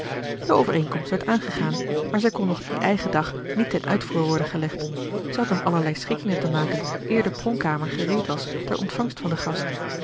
de overeenkomst werd aangegaan maar zij kon nog dien eigen dag niet ten uitvoer worden gelegd zij had nog allerlei schikkingen te maken eer de pronkkamer gereed was ter ontvangst van den gast